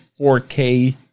4K